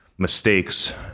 mistakes